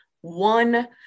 one